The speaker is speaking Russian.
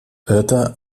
это